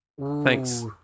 Thanks